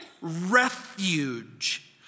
refuge